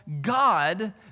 God